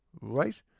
right